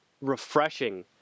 refreshing